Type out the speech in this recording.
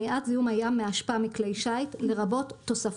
כפי שאפשר לראות בתיקונים כאן,